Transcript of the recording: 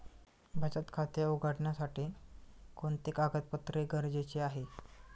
बचत खाते उघडण्यासाठी कोणते कागदपत्रे गरजेचे आहे?